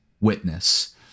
witness